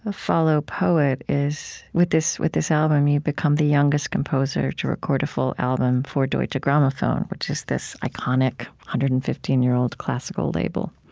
ah follow, poet is with this with this album, you've become the youngest composer to record a full album for deutsche grammophon, which is this iconic one hundred and fifteen year old classical label.